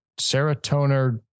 serotonin